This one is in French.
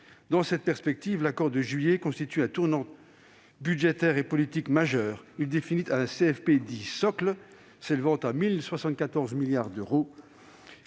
Dans cette perspective, l'accord de juillet constitue un tournant budgétaire et politique majeur. Il définit un CFP dit « socle », s'élevant à 1 074 milliards d'euros